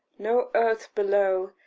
no earth below,